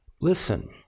Listen